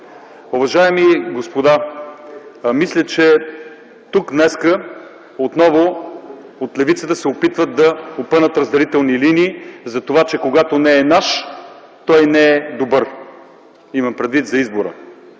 Уважаеми господа, мисля, че днес тук отново от левицата се опитват да опънат разделителни линии, че когато не е наш, не е добър – имам предвид избора.